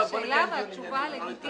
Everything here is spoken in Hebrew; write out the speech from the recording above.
אבל השאלה והתשובה לגיטימית.